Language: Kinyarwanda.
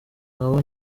nabo